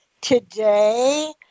today